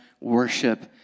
worship